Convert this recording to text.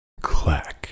Clack